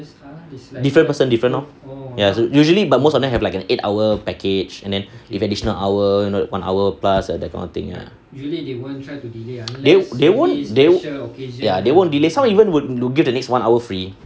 different person different lor ya so usually but most of them have like an eight hour package and then if additional hour you know one hour plus that kind of thing ah they won't they ya they won't delay some even would look give the next one hour free